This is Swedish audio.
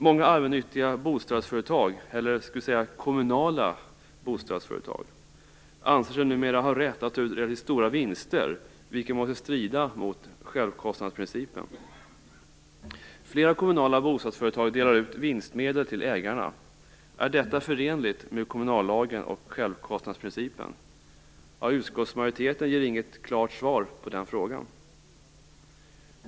Många allmännyttiga bostadsföretag, eller kommunala bostadsföretag, anser sig numera ha rätt att ta ut relativt stora vinster, vilket måste strida mot självkostnadsprincipen. Flera kommunala bostadsföretag delar ut vinstmedel till ägarna. Är detta förenligt med kommunallagen och självkostnadsprincipen? Utskottsmajoriteten ger inget klart svar på den frågan.